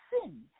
sin